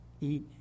eat